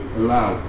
allow